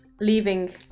leaving